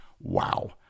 Wow